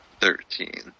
thirteen